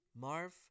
Marv